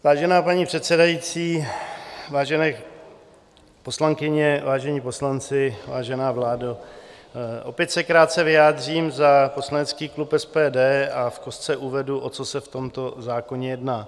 Vážená paní předsedající, vážené poslankyně, vážení poslanci, vážená vládo, opět se krátce vyjádřím za poslanecký klub SPD a v kostce uvedu, o co se v tomto zákoně jedná.